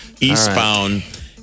Eastbound